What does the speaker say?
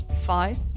Five